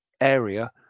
area